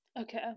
okay